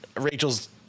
Rachel's